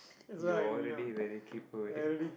you're already very kaypoh already